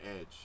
edge